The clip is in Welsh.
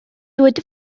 dweud